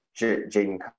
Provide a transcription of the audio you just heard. Jaden